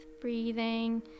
Breathing